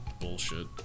Bullshit